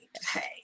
hey